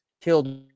killed